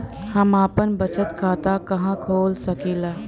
हम आपन बचत खाता कहा खोल सकीला?